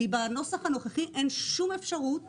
כי בנוסח הנוכחי אין שום אפשרות